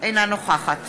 אינה נוכחת